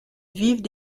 vivent